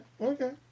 okay